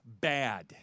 bad